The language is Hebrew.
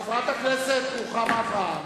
חברת הכנסת רוחמה אברהם,